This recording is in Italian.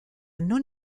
non